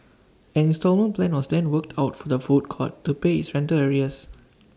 an instalment plan was then worked out for the food court to pay its rental arrears